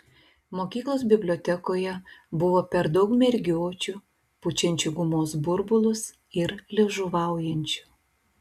mokyklos bibliotekoje buvo per daug mergiočių pučiančių gumos burbulus ir liežuvaujančių